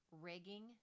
rigging